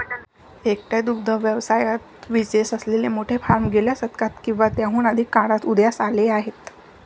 एकट्या दुग्ध व्यवसायात विशेष असलेले मोठे फार्म गेल्या शतकात किंवा त्याहून अधिक काळात उदयास आले आहेत